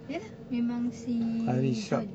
ya lah memang si june